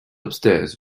upstairs